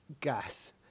gas